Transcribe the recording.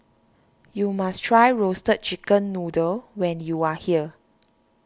you must try Roasted Chicken Noodle when you are here